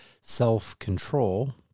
self-control